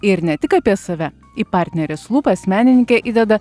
ir ne tik apie save į partnerės lūpas menininkė įdeda